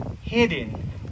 hidden